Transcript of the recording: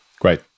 Great